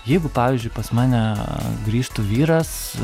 jeigu pavyzdžiui pas mane grįžtų vyras